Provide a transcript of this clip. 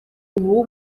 ubu